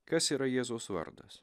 kas yra jėzaus vardas